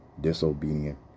Disobedient